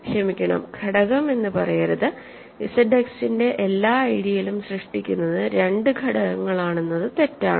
ക്ഷമിക്കണം ഘടകം എന്ന് പറയരുത് ZX ന്റെ എല്ലാ ഐഡിയലും സൃഷ്ടിക്കുന്നത് 2 ഘടകങ്ങളാണെന്നത് തെറ്റാണ്